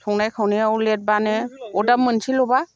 संनाय खावनायाव लेटबानो अर्दाब मोनसेल'बा